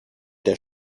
der